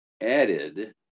added